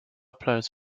plays